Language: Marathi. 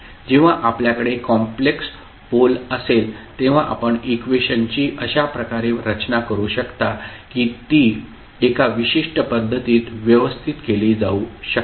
जेव्हा आपल्याकडे कॉम्प्लेक्स पोल असेल तेव्हा आपण इक्वेशनची अशा प्रकारे रचना करू शकता की ती एका विशिष्ट पद्धतीत व्यवस्थित केली जाऊ शकते